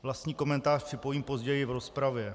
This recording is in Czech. Vlastní komentář připojím později v rozpravě.